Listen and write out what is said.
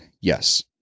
Yes